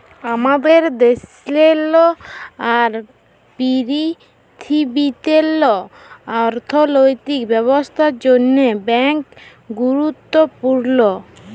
আমাদের দ্যাশেল্লে আর পীরথিবীল্লে অথ্থলৈতিক ব্যবস্থার জ্যনহে ব্যাংক গুরুত্তপুর্ল